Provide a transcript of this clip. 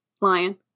Lion